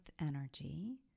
energy